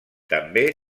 també